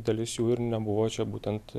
dalis jų ir nebuvo čia būtent